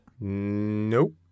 nope